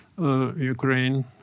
Ukraine